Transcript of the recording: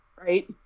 Right